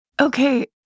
Okay